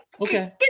Okay